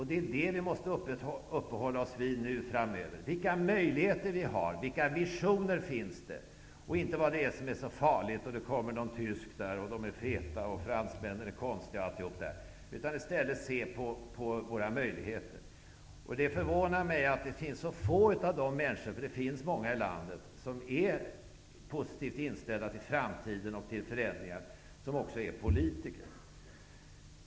Det är det vi måste uppehålla oss vid nu framöver, dvs. vilka möjligheter och vilka visioner vi har, i stället för att tala om vad som är så farligt -- det kommer några tyskar, som är feta, och fransmännen är konstiga, osv. Det förvånar mig att det är så få politiker bland de människor -- det finns många i landet -- som är positivt inställda till framtiden och till förändringar.